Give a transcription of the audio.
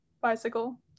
bicycle